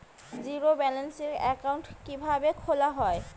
Zero balance account কিভাবে খোলা হয়?